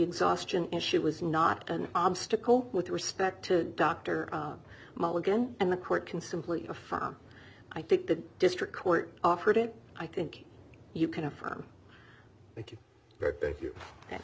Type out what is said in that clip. exhaustion is she was not an obstacle with respect to dr mulligan and the court can simply file i think the district court offered it i think you can affirm tha